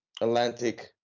Atlantic